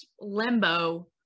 limbo